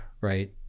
right